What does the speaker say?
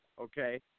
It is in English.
okay